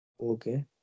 Okay